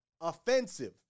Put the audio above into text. offensive